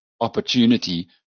opportunity